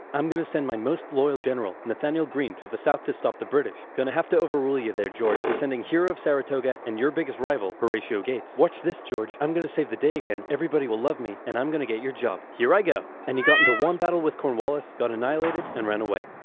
i'm gonna send my most loyal general, nathanael greene, to the south to stop the british. gonna have to overrule you there, george. we're sending hero of saratoga and your biggest rival, horatio gates. watch this, george. i'm gonna save the day again, everybody will love me, and i'm gonna get your job. here i go! and he got into one battle with cornwallis, got annihilated, and ran away.